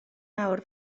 nawr